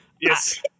Yes